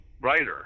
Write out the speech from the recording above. writer